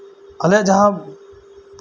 ᱟᱞᱮᱭᱟᱜ ᱡᱟᱦᱟᱸ